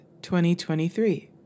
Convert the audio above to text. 2023